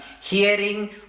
hearing